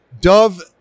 Dove